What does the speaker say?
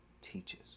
teaches